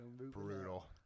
brutal